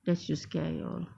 just to scare you all